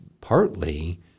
partly